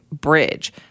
bridge